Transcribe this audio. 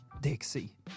Dixie